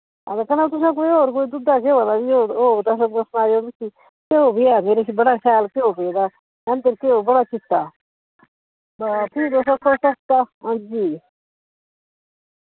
हां वा कन्नै तुसें कोई और कोई दुध्दे घ्योए दा बी होग ते असें सनायो मिकी घ्यो बी ऐ मेरे'श बड़ा शैल घ्यो पेदा घ्यो बड़ा चिट्टा वा फ्ही तुस कोई सस्ता हां जी